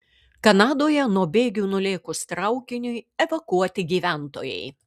kanadoje nuo bėgių nulėkus traukiniui evakuoti gyventojai